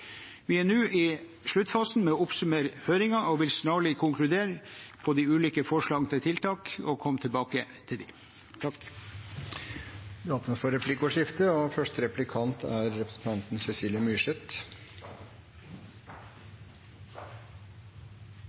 Vi er nå i sluttfasen med å oppsummere høringen og vil snarlig konkludere på de ulike forslagene til tiltak og komme tilbake til dem. Det blir replikkordskifte.